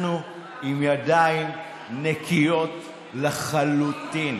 אנחנו עם ידיים נקיות לחלוטין.